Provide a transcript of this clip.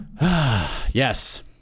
Yes